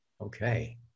Okay